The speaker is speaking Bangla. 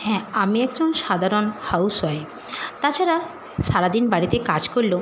হ্যাঁ আমি একজন সাধারণ হাউস ওয়াইফ তাছাড়া সারা দিন বাড়িতে কাজ করলেও